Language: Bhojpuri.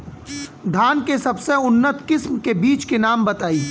धान के सबसे उन्नत किस्म के बिज के नाम बताई?